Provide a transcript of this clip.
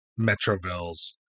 Metroville's